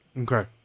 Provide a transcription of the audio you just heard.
okay